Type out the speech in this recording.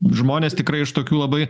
žmonės tikrai iš tokių labai